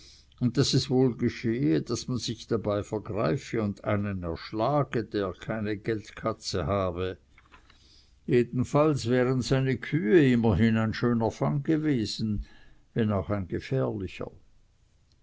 und daß es wohl geschehe daß man sich dabei vergreife und einen erschlage der keine geldkatze habe jedenfalls wären seine kühe immerhin ein schöner fang gewesen wenn auch ein gefährlicher